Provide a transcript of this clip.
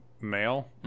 male